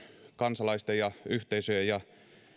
kansalaisten ja yhteisöjen